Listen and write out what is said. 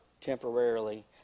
temporarily